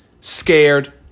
scared